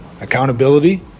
Accountability